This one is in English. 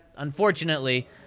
Unfortunately